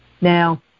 Now